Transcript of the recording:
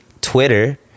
twitter